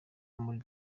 muri